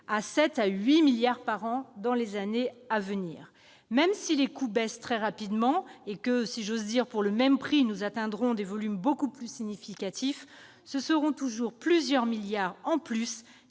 7 à 8 milliards d'euros par an dans les années à venir. Même si les coûts baissent très rapidement et que, pour le même prix, si j'ose dire, nous atteindrons des volumes beaucoup plus significatifs, ce seront toujours plusieurs milliards d'euros